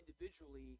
individually